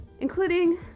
including